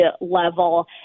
level